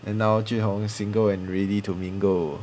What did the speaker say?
and now jun hong single and ready to mingle